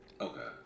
Okay